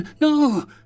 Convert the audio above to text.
No